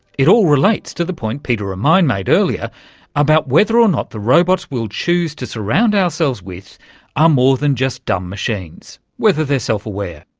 it all relates to the point peter ah remine made earlier about whether or not the robots we'll choose to surround ourselves with are more than just dumb machines, whether they're self-aware.